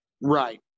Right